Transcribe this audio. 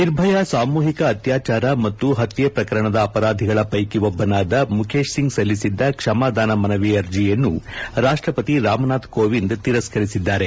ನಿರ್ಭಯಾ ಸಾಮೂಹಿಕ ಅತ್ಯಾಚಾರ ಮತ್ತು ಹತ್ಯೆ ಪ್ರಕರಣದ ಅಪರಾಧಿಗಳ ಪೈಕಿ ಒಬ್ಬನಾದ ಮುಖೇಶ್ ಸಿಂಗ್ ಸಲ್ಲಿಸಿದ್ದ ಕ್ಷಮಾದಾನ ಮನವಿ ಅರ್ಜಿಯನ್ನು ರಾಷ್ಟಪತಿ ರಾಮನಾಥ್ ಕೋವಿಂದ್ ತಿರಸ್ಸರಿಸಿದ್ದಾರೆ